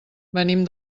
venim